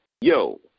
yo